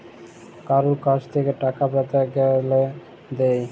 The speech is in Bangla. কারুর কাছ থেক্যে টাকা পেতে গ্যালে দেয়